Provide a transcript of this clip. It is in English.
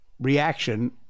Reaction